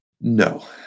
No